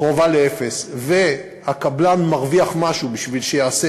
קרובה לאפס והקבלן מרוויח משהו כדי שיעשה